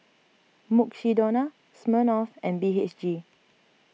Mukshidonna Smirnoff and B H G